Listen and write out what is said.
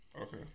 Okay